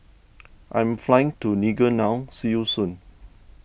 I'm flying to Niger now See you soon